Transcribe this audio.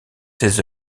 ses